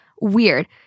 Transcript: Weird